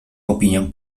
opinię